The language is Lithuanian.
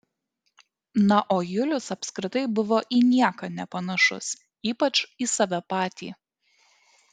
na o julius apskritai buvo į nieką nepanašus ypač į save patį